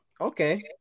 Okay